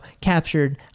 captured